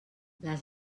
les